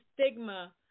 stigma